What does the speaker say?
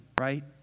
right